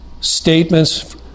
statements